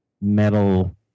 metal